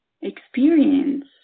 experience